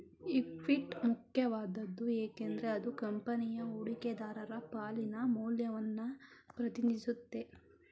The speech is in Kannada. ಇಕ್ವಿಟಿ ಮುಖ್ಯವಾದ್ದು ಏಕೆಂದ್ರೆ ಅದು ಕಂಪನಿಯ ಹೂಡಿಕೆದಾರರ ಪಾಲಿನ ಮೌಲ್ಯವನ್ನ ಪ್ರತಿನಿಧಿಸುತ್ತೆ